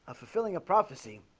fulfilling a prophecy